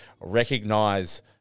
recognize